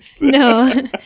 no